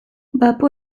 bapo